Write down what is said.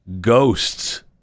Ghosts